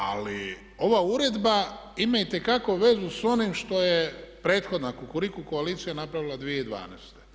Ali ova uredba ima itekako vezu s onim što je prethodna Kukuriku koalicija napravila 2012.